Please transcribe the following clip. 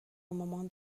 مامان